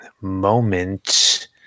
moment